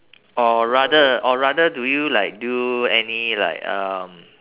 or rather or rather do you like do any like um